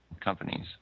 companies